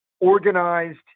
organized